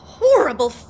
horrible